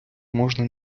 можна